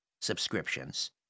subscriptions